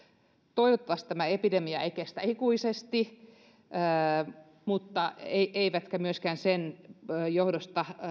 toivottavasti tämä epidemia ei kestä ikuisesti eivätkä myöskään sen johdosta